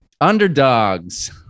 Underdogs